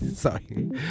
Sorry